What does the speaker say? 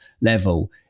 level